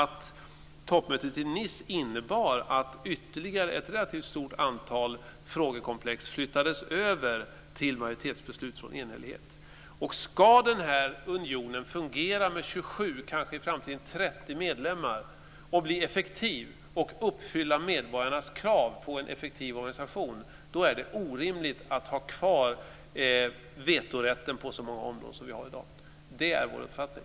Toppmötet i Nice innebar att ytterligare ett relativt stort antal frågekomplex flyttades över till majoritetsbeslut från enhällighet. Om unionen ska fungera med 27, kanske i framtiden 30, medlemmar, bli effektiv och uppfylla medborgarnas krav på en effektiv organisation, är det orimligt att ha kvar vetorätten på så många områden som i dag. Det är vår uppfattning.